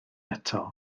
eto